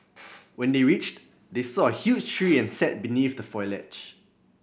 when they reached they saw a huge tree and sat beneath the foliage